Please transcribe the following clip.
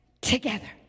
together